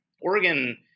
Oregon